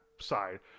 side